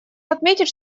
отметить